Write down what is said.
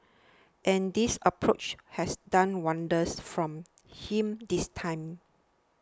and this approach has done wonders from him this time